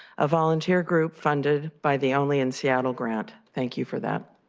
a volunteer group funded by the only in seattle grants, thank you for that.